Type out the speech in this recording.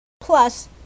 Plus